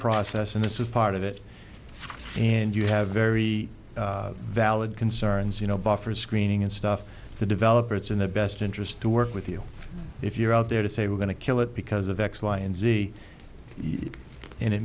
process and this is part of it and you have very valid concerns you know buffers screening and stuff the developer it's in their best interest to work with you if you're out there to say we're going to kill it because of x y and z and it